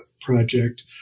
project